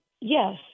yes